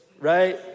right